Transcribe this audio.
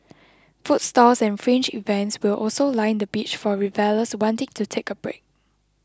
food stalls and fringe events will also line the beach for revellers wanting to take a break